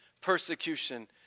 persecution